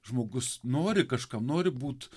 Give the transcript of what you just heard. žmogus nori kažkam nori būt